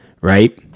Right